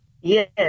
Yes